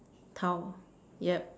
towel